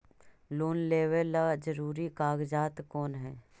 Loan लेब ला जरूरी कागजात कोन है?